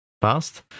past